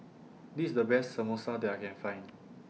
This IS The Best Samosa that I Can Find